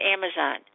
Amazon